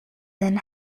than